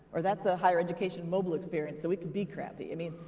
or that's a higher education mobile experience, so it can be crappy. i mean,